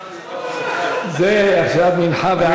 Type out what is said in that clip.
זה עכשיו מנחה וערבית.